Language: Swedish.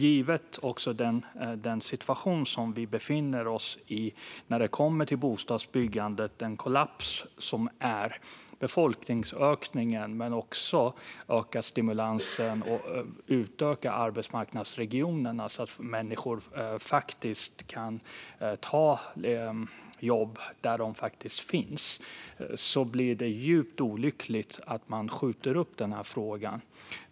Givet den situation som vi befinner oss i när det gäller bostadsbyggandet - med den kollaps som sker och med befolkningsökningen men också när det gäller att öka stimulansen och att utöka arbetsmarknadsregionerna, så att människor faktiskt kan ta jobb där jobben finns - är det djupt olyckligt att man skjuter upp denna fråga.